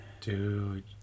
Dude